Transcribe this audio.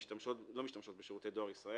לא משתמש בשירותי דואר ישראל.